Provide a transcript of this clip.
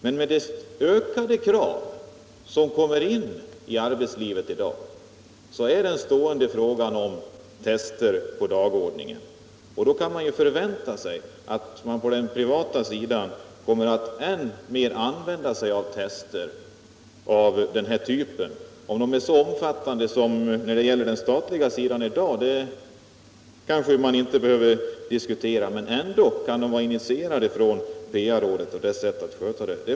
Men med de ökande krav som ställs i arbetslivet står frågan om tester ständigt på dagordningen. Då kan vi förvänta att man på den privata sidan kommer att än mer använda tester av den här typen. Om de är så omfattande som på den statliga sidan i dag kanske man inte behöver diskutera. Men de kan ändå vara initierade av PA-rådet och dess sätt att sköta denna sak.